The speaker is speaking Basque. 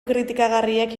kritikagarriak